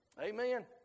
Amen